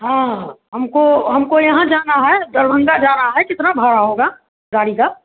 हाँ हमको हमको यहाँ जाना है दरभंगा जाना है कितना भाड़ा होगा गाड़ी का